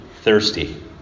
thirsty